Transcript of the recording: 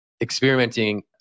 experimenting